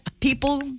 people